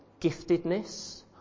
giftedness